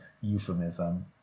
euphemism